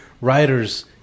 writers